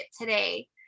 today